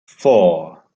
four